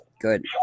Good